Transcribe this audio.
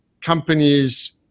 companies